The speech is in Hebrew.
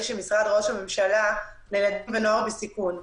של משרד ראש הממשלה לילדים ונוער בסיכון.